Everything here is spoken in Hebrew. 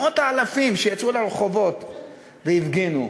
מאות האלפים שיצאו לרחובות והפגינו,